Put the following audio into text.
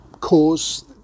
cause